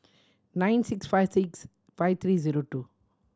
nine six five six five three zero two